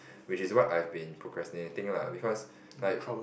which is what I've been procrastinating lah because like